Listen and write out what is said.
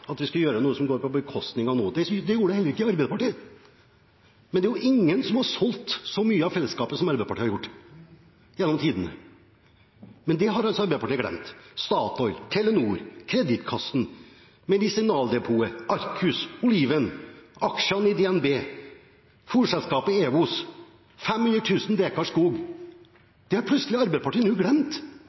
gjøre noe som går på bekostning av noe. Det gjorde det heller ikke hos Arbeiderpartiet, men det er ingen som har solgt så mye av fellesskapet som Arbeiderpartiet har gjort gjennom tidene – Statoil, Telenor, Kreditkassen, Norsk Medisinaldepot, Arcus, Olivin, aksjene i DnB, fôrselskapet Ewos, 500 000 dekar skog. Det har plutselig Arbeiderpartiet glemt.